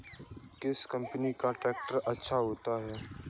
किस कंपनी का ट्रैक्टर अच्छा होता है?